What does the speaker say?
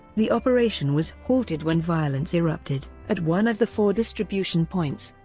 the operation was halted when violence erupted at one of the four distribution points.